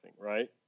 right